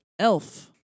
Elf